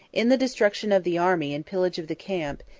in the destruction of the army and pillage of the camp,